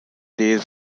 these